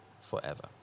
forever